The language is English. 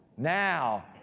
Now